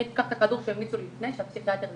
אני אקח את הכדור שהמליצו לי, שהפסיכיאטר דיבר,